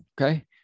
Okay